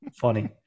funny